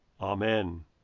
Amen